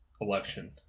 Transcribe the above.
election